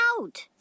out